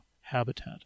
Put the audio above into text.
habitat